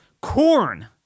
corn